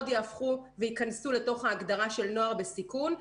יהפכו וייכנסו לתוך ההגדרה של נוער בסיכון.